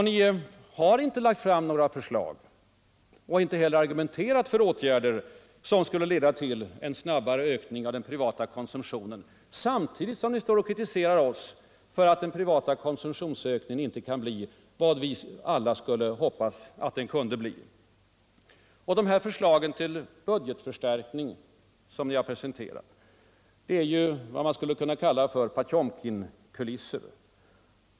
Ni har inte lagt fram några förslag och inte heller argumenterat för åtgärder som skulle leda till en snabbare ökning av den privata konsumtionen. Men samlidigt kritiserar ni oss för att den privata konsumtionsökningen inte kan bli vad vi alla skulle önska. De förslag till budgetförstärkning som ni har presenterat är vad man skulle kunna kalla för potemkinkulisser.